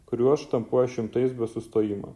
kuriuos štampuoja šimtais be sustojimo